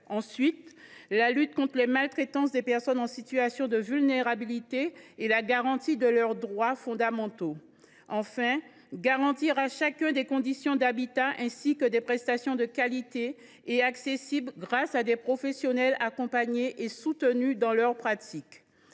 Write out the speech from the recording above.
ensuite, combattre les maltraitances des personnes en situation de vulnérabilité et garantir leurs droits fondamentaux ; enfin, garantir à chacun des conditions d’habitat dignes, ainsi que des prestations de qualité et accessibles, grâce à des professionnels accompagnés et soutenus dans leurs pratiques.